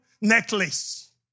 necklace